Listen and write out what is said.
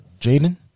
Jaden